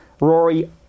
Rory